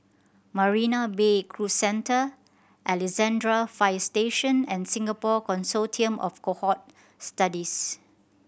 Marina Bay Cruise Centre Alexandra Fire Station and Singapore Consortium of Cohort Studies